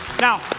Now